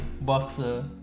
boxer